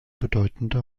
bedeutende